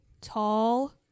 tall